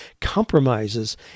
compromises